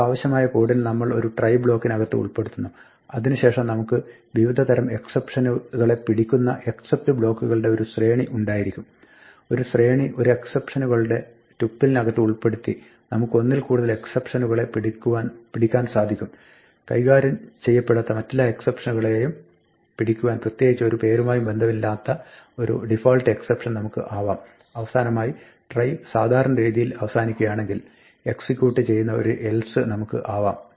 നമുക്കാവശ്യമുള്ള കോഡിനെ നമ്മൾ ഒരു try ബ്ലോക്കിനകത്ത് ഉൾപ്പെടുത്തുന്നു അതിന് ശേഷം നമുക്ക് വിവിധ തരം എക്സപ്ഷനുകളെ പിടിക്കുന്ന except ബ്ലോക്കുകളുടെ ഒരു ശ്രേണി ഉണ്ടായിരിക്കും ഒരു ശ്രേണി ഒരു എക്സപ്ഷനുകളുടെ ടുപ്പിളിനകത്ത് ഉൾപ്പെടുത്തി നമുക്ക് ഒന്നിൽ കൂടുതൽ എക്സപ്ഷനുകളെ പിടിക്കാൻ സാധിക്കും കൈകാര്യം ചെയ്യപ്പെടാത്ത മറ്റെല്ലാ എക്സപ്ഷനുകളെയും പിടിക്കുവാൻ പ്രത്യേകിച്ച് ഒരു പേരുമായും ബന്ധമില്ലാത്ത ഒരു ഡിഫാൾട്ട് എക്സപ്ഷൻ നമുക്ക് ആവാം അവസാനമായി try സാധാരണരീതിയിൽ അവസാനിക്കുകയാണെങ്കിൽ എക്സിക്യൂട്ട് ചെയ്യുന്ന ഒരു else നമുക്ക് ആവാം